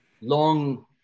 long